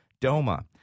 DOMA